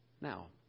Now